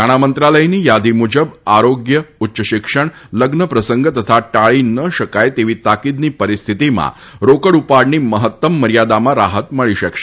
નાણા મંત્રાલયની યાદી મુજબ આરોગ્ય ઉચ્ય શિક્ષણ લગ્ન પ્રસંગ તથા ટાળી ન શકાય તેવી તાકીદની પરિસ્થિતિમાં રોકડ ઉપાડની મહત્તમ મર્યાદામાં રાહત મળી શકશે